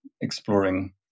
exploring